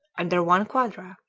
under one quadra,